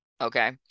Okay